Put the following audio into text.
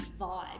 vibe